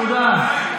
תודה.